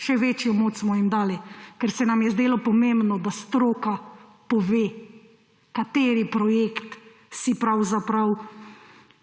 Še večjo moč smo jim dali, ker se nam je zdelo pomembno, da stroka pove, kateri projekt si pravzaprav